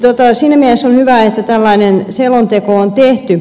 siinä mielessä on hyvä että tällainen selonteko on tehty